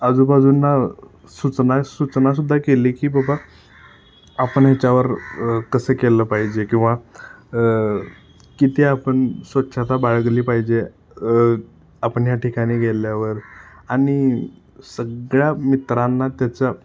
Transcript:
आजूबाजूंना सूचना सूचना सुद्धा केली की बाबा आपण ह्याच्यावर कसं केलं पाहिजे किंवा किती आपण स्वच्छता बाळगली पाहिजे आपण ह्या ठिकाणी गेल्यावर आणि सगळ्या मित्रांना त्याचा